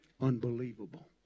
Unbelievable